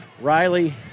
Riley